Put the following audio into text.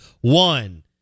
One